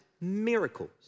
miracles